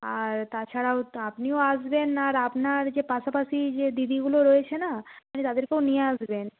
আর তাছাড়াও তো আপনিও আসবেন আর আপনার যে পাশাপাশি যে দিদিগুলো রয়েছে না আপনি তাদেরকেও নিয়ে আসবেন